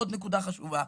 עוד נקודה חשובה,